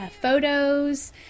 photos